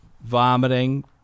Vomiting